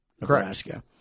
Nebraska